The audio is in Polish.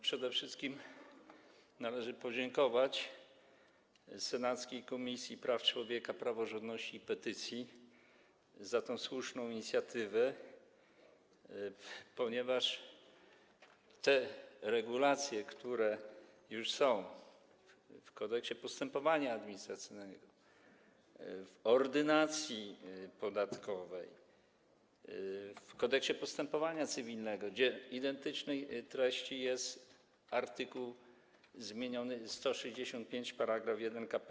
Przede wszystkim należy podziękować senackiej Komisji Praw Człowieka, Praworządności i Petycji za tę słuszną inicjatywę, ponieważ te regulacje, które już są w Kodeksie postępowania administracyjnego, w Ordynacji podatkowej, w Kodeksie postępowania cywilnego, gdzie o identycznej treści jest zmieniony art. 165 § 1 k.p.c.